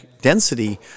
density